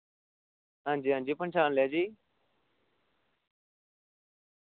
हांजी हांजी पन्छान लेआ जी